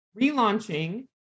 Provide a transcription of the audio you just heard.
relaunching